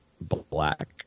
black